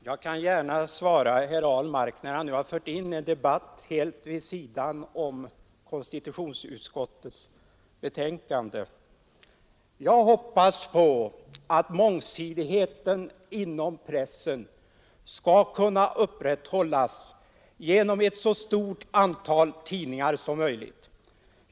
Herr talman! Herr Ahlmark har här fört in en debatt helt vid sidan om konstitutionsutskottets betänkande. Jag hoppas att mångsidigheten inom pressen skall kunna upprätthållas genom ett så stort antal tidningar som möjligt.